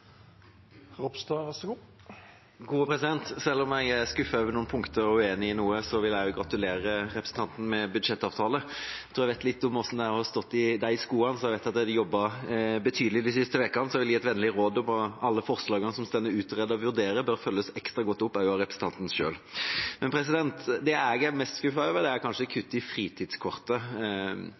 skuffet over noen punkter og uenig i noe, så vil jeg gratulere representanten med budsjettavtalen. Jeg vet litt om hvordan det er å stå i de skoene, så jeg vet at dere har jobbet betydelig de siste ukene. Jeg vil gi et vennlig råd om at alle forslagene som det gjenstår å vurdere, bør følges ekstra godt opp også av representanten selv. Det jeg er mest skuffet over, er kutt i fritidskortet.